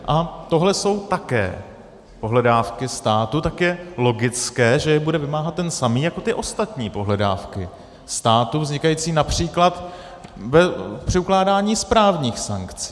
A tohle jsou také pohledávky státu, tak je logické, že je bude vymáhat ten samý jako ty ostatní pohledávky státu, vznikající například při ukládání správních sankcí.